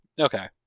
Okay